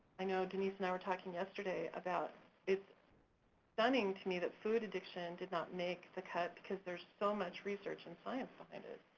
i know denise and i were talking yesterday about it's stunning to me that food addiction did not make the cut because there's so much research and clients behind it.